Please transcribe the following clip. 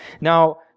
Now